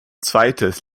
zweites